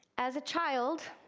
as a child,